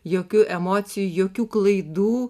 jokių emocijų jokių klaidų